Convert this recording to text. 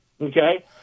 Okay